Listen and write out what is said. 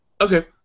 Okay